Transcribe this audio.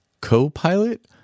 co-pilot